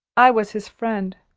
i was his friend.